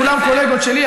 בסוף כולם קולגות שלי.